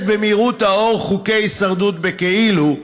במהירות האור חוקי הישרדות בכאילו,